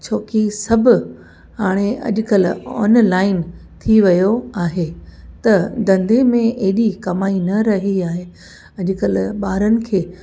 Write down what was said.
छो की सभु हाणे अॼकल्ह ऑनलाइन थी वियो आहे त धंधे में एॾी कमाई न रही आहे त अॼकल्ह ॿारनि खे